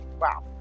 wow